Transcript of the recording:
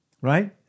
Right